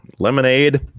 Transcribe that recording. Lemonade